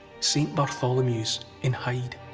saint bartholomew's in hyde.